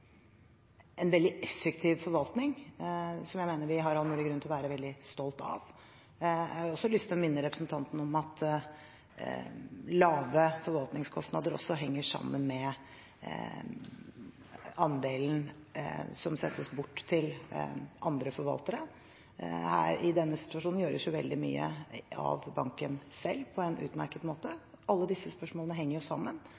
en veldig effektiv forvaltning, som jeg mener vi har all mulig grunn til å være veldig stolt av. Jeg har også lyst til å minne representanten om at lave forvaltningskostnader også henger sammen med andelen som settes bort til andre forvaltere. I denne situasjonen gjøres veldig mye av banken selv på en utmerket måte. Alle disse spørsmålene henger sammen,